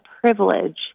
privilege